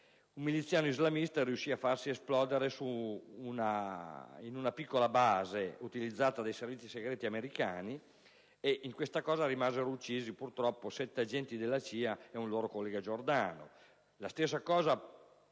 un miliziano islamista riuscì a farsi esplodere in una piccola base utilizzata dai servizi segreti americani, e rimasero purtroppo uccisi 7 agenti della CIA e un loro collega giordano. La stessa cosa